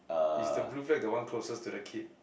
is the blue flag the one closest to the kid